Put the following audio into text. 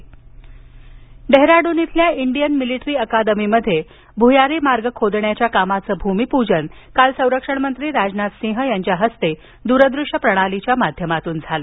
राजनाथ भुयारी मार्ग डेहराडून इथल्या इंडियन मिलिटरी अकादमीमध्ये भ्यारी मार्ग खोदण्याच्या कामाचं भूमिपूजन काल संरक्षण मंत्री राजनाथ सिंह यांच्या हस्ते दूर दृष्य प्रणालीच्या माध्यमातून झालं